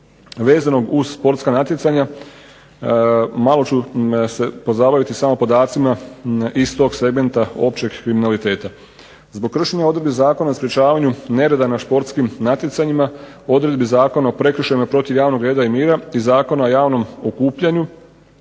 vezanog uz sportska natjecanja malo ću se pozabaviti samo podacima iz tog segmenta općeg kriminaliteta. Zbog kršenja odredbi Zakona o sprečavanju nereda na športskim natjecanjima odredbi Zakona o prekršajima protiv javnog reda i mira i Zakon o javnom okupljanim